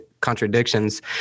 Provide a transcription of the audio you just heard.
contradictions